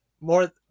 more